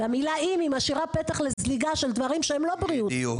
והמילה אם היא משאירה פתח לזליגה של דברים שהם לא בריאות,